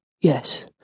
Yes